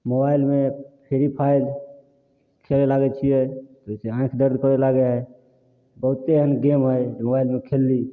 मोबाइलमे Free Fire खेले लागय छियै ओइसँ आँखि दर्द करय लागे हइ बहुते एहन गेम हइ जे मोबाइलमे खेलली